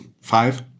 five